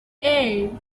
eight